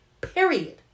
period